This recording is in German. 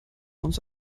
uns